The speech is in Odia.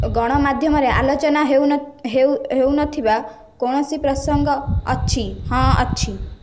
ଗଣମାଧ୍ୟମରେ ଆଲୋଚନା ହେଉନଥିବା କୌଣସି ପ୍ରସଙ୍ଗ ଅଛି ହଁ ଅଛି